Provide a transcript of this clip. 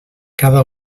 cada